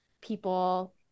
people